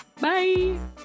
Bye